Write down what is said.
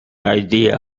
idea